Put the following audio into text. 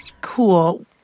Cool